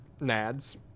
nads